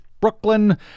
Brooklyn